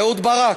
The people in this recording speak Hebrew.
אהוד ברק,